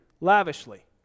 lavishly